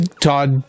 Todd